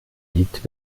liegt